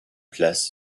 place